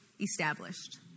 established